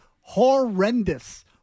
horrendous